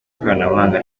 ikoranabuhanga